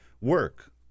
work